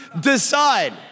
decide